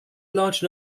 large